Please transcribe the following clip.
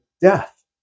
death